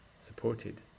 supported